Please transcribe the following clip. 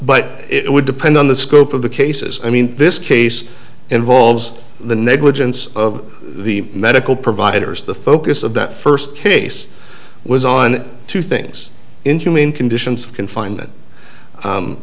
but it would depend on the scope of the cases i mean this case involves the negligence of the medical providers the focus of the first case was on two things in human conditions of confine